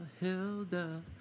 Hilda